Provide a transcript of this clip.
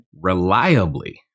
reliably